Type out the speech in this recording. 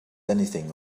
anything